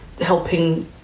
helping